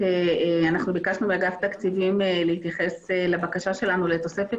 שביקשנו מאגף תקציבים להתייחס לבקשה שלנו לתוספת